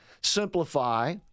simplify